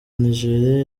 nigeria